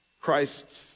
Christ